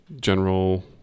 general